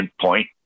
point